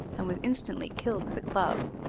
and was instantly killed with a club.